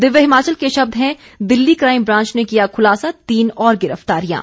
दिव्य हिमाचल के शब्द हैं दिल्ली काइम ब्रांच ने किया खुलासा तीन और गिरफ्तारियां